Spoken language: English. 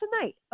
tonight